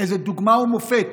איזו דוגמה ומופת